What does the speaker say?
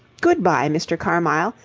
good-bye, mr. carmyle,